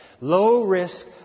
Low-risk